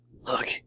Look